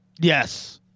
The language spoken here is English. Yes